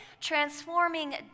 transforming